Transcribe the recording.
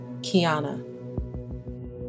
Kiana